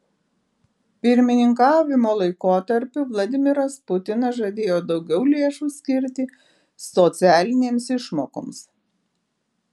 pirmininkavimo laikotarpiu vladimiras putinas žadėjo daugiau lėšų skirti socialinėms išmokoms